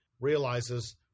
realizes